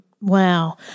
Wow